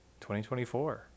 2024